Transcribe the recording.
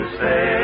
say